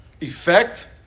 Effect